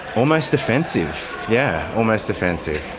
almost offensive, yeah, almost offensive.